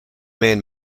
man